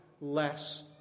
less